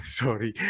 sorry